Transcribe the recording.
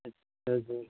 अच्छा जी